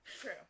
true